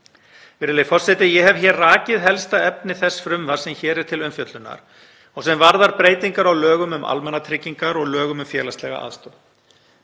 Virðulegi forseti. Ég hef hér rakið helsta efni þess frumvarps sem hér er til umfjöllunar og sem varðar breytingar á lögum um almannatryggingar og lögum um félagslega aðstoð.